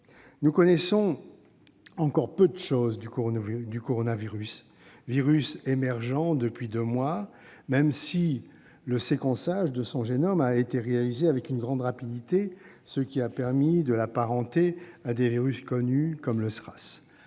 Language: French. Nous connaissons encore peu de choses du coronavirus, émergeant depuis deux mois, même si le séquençage de son génome a été réalisé avec une grande rapidité, ce qui a permis de l'apparenter à des virus connus, comme le SRAS.